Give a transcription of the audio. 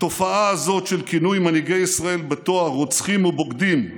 התופעה הזאת של כינוי מנהיגי ישראל בתואר "רוצחים" או "בוגדים",